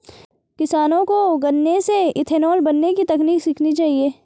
किसानों को गन्ने से इथेनॉल बनने की तकनीक सीखना चाहिए